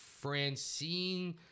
Francine